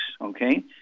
okay